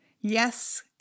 Yes